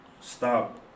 stop